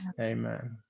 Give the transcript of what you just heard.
Amen